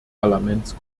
parlaments